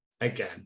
Again